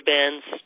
Bands